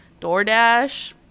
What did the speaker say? DoorDash